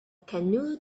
canoe